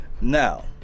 Now